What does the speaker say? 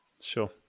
sure